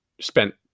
spent